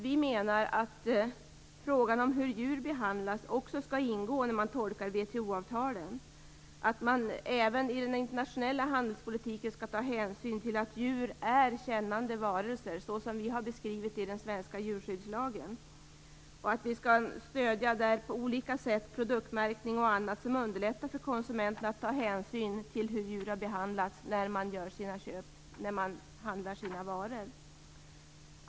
Vi menar att frågan om hur djur behandlas också skall ingå när man tolkar WTO avtalen. Även i den internationella handelspolitiken skall man ta hänsyn till att djur är kännande varelser, så som vi har beskrivit i den svenska djurskyddslagen, och vi skall stödja detta på olika sätt, produktmärkning och annat, som underlättar för konsumenterna att ta hänsyn till hur djur har behandlats när man handlar sina varor.